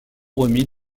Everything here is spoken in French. remis